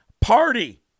Party